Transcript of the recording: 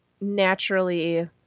naturally